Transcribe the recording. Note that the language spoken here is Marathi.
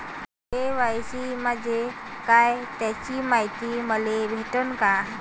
के.वाय.सी म्हंजे काय त्याची मायती मले भेटन का?